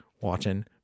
watching